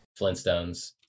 flintstones